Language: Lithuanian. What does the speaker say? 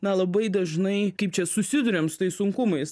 na labai dažnai kaip čia susiduriam su tais sunkumais